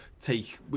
take